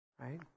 Right